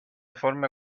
forma